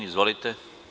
Izvolite.